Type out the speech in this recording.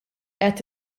qed